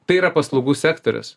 tai yra paslaugų sektorius